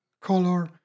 color